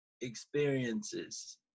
experiences